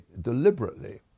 deliberately